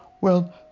well